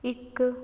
ਇੱਕ